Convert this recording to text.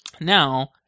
Now